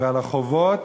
ועל החובות